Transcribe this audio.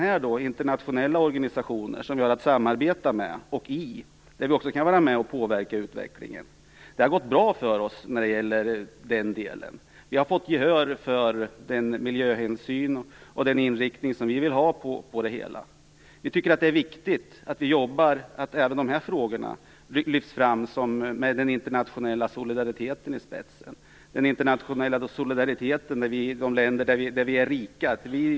Det finns även internationella organisationer som vi har att samarbeta med och i, där vi också kan vara med och påverka utvecklingen. Det har gått bra för oss i den delen. Vi har fått gehör för den miljöhänsyn och den inriktning som vi vill ha på det hela. Vi tycker att det är viktigt att jobba för att även de här frågorna lyfts fram, med den internationella solidariteten i spetsen, från oss i de länder som är rika.